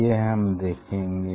यह हम देखेंगे